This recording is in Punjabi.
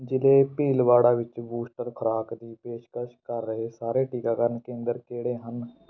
ਜ਼ਿਲ੍ਹੇ ਭੀਲਵਾੜਾ ਵਿੱਚ ਬੂਸਟਰ ਖੁਰਾਕ ਦੀ ਪੇਸ਼ਕਸ਼ ਕਰ ਰਹੇ ਸਾਰੇ ਟੀਕਾਕਰਨ ਕੇਂਦਰ ਕਿਹੜੇ ਹਨ